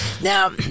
Now